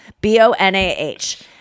B-O-N-A-H